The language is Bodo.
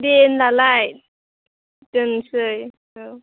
दे होनब्लालाय दोनसै औ